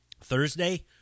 Thursday